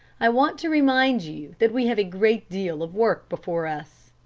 i want to remind you that we have a great deal of work before us.